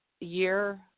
year